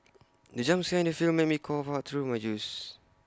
the jump scare in the film made me cough out my juice